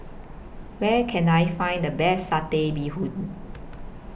Where Can I Find The Best Satay Bee Hoon